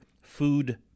Food